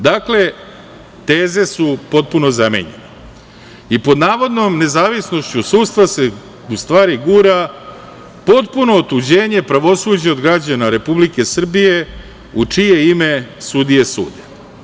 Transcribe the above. Dakle, teze su potpuno zamenjene i pod navodnom nezavisnošću sudstva se u stvari gura potpuno otuđenje pravosuđa od građana Republike Srbije u čije ime sudije sude.